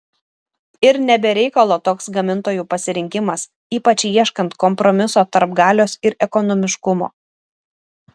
ir ne be reikalo toks gamintojų pasirinkimas ypač ieškant kompromiso tarp galios ir ekonomiškumo